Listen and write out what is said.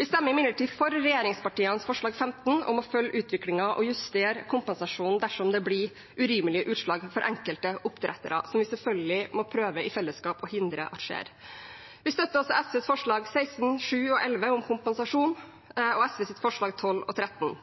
Vi stemmer imidlertid for regjeringspartienes forslag nr. 15, om å følge utviklingen og justere kompensasjonen dersom det blir urimelige utslag for enkelte oppdrettere, noe vi i fellesskap selvfølgelig må prøve å hindre. Vi støtter også SVs forslag nr. 6, 7 og 11, om kompensasjon, og SVs forslag nr. 12 og 13.